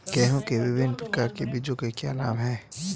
गेहूँ के विभिन्न प्रकार के बीजों के क्या नाम हैं?